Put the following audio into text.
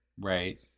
Right